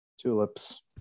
Tulips